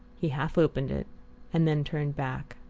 he half-opened it and then turned back.